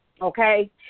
Okay